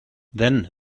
then